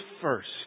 first